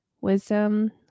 wisdom